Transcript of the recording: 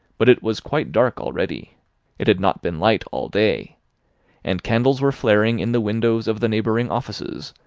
but it was quite dark already it had not been light all day and candles were flaring in the windows of the neighbouring offices,